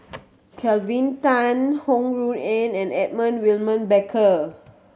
Kelvin Tan Ho Rui An and Edmund William Barker